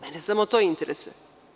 Mene samo to interesuje.